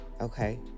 Okay